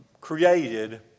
created